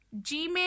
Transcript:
Gmail